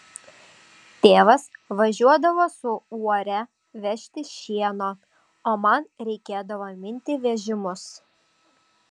tėvas važiuodavo su uore vežti šieno o man reikėdavo minti vežimus